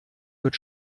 wird